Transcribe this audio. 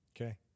Okay